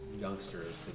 youngsters